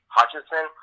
Hutchinson